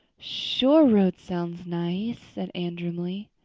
shore road sounds nice, said anne dreamily.